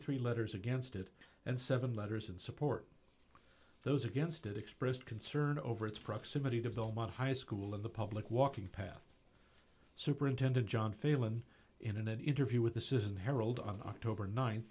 three letters against it and seven letters in support those against it expressed concern over its proximity to philmont high school in the public walking path superintendent john failon in an interview with the system herald on october